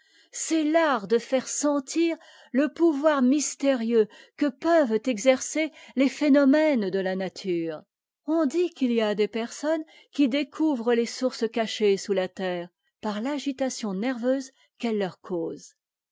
c'est l'art de faire sentir le pouvoir mystérieux que peuvent exercer les phénomènes de la nature on dit qu'il y a des personnes qui découvrent les sources cachées sous la terre par l'agitation nerveuse qu'elles teur causent